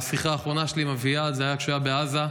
השיחה האחרונה שלי עם אביעד הייתה כשהוא היה בעזה.